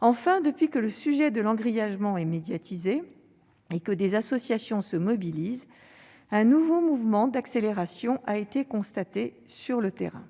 Enfin, depuis que le sujet de l'engrillagement est médiatisé et que des associations se mobilisent, un nouveau mouvement d'accélération a été constaté sur le terrain.